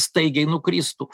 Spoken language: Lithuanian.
staigiai nukristų